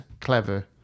clever